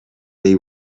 they